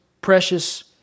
precious